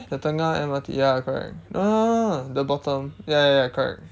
the tengah M_R_T ya correct no no no no no the bottom ya ya ya correct